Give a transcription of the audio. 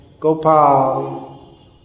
Gopal